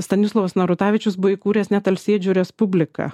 stanislovas narutavičius buvo įkūręs net alsėdžių respubliką